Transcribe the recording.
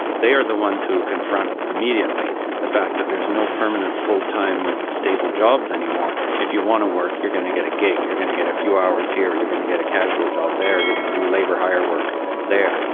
they are the ones who confront immediately the fact that there is no permanent full-time stable jobs anymore. if you want to work, you're going to get a gig, you're going to get a few hours here or you're going to get a casual job there, you're going to do labour hire work there.